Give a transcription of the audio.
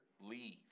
Leave